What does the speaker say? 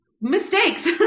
mistakes